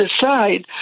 decide